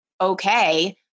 okay